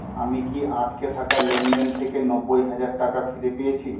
আমি কি আটকে থাকা লেনদেন থেকে নব্বই হাজার টাকা ফিরে পেয়েছি